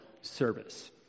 service